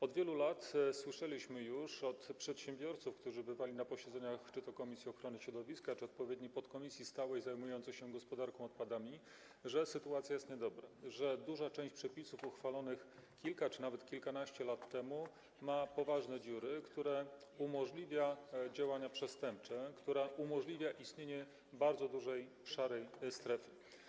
Od wielu lat słyszeliśmy już od przedsiębiorców, którzy bywali na posiedzeniach czy to komisji ochrony środowiska, czy odpowiedniej podkomisji stałej zajmującej się gospodarką odpadami, że sytuacja jest niedobra, że duża część przepisów uchwalonych kilka czy nawet kilkanaście lat temu ma poważne dziury, co umożliwia działania przestępcze, co umożliwia istnienie bardzo dużej szarej strefy.